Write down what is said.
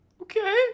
Okay